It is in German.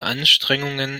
anstrengungen